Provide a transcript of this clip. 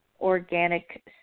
organic